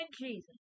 Jesus